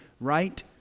right